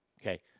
Okay